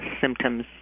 symptoms